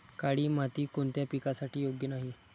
काळी माती कोणत्या पिकासाठी योग्य नाही?